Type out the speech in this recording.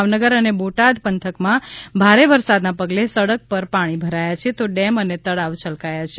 ભાવનગર અને બોટાદ પંથકમાં ભારે વરસાદને પગલે સડક પર પાણી ભરાયા છે તો ડેમ અને તળાવ છલકાયાં છે